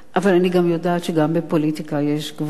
אבל אני גם יודעת שגם בפוליטיקה יש גבולות.